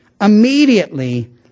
immediately